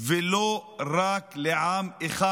ולא רק לעם אחד.